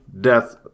Death